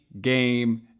game